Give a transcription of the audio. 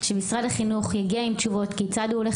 שמשרד החינוך יגיע עם תשובות כיצד הוא הולך